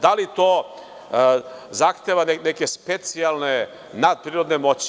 Da li to zahteva neke specijalne natprirodne moći?